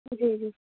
جی جی